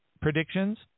predictions